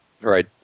Right